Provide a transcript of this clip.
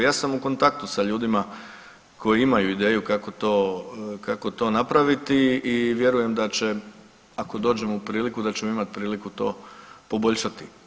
Ja sam u kontaktu sa ljudima koji imaju ideju kako to napraviti i vjerujem da će ako dođemo u priliku da ćemo priliku to poboljšati.